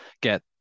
get